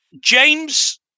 James